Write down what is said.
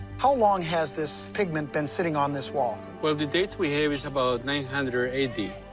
how long has this pigment been sitting on this wall? well, the dates we have is about nine hundred a d.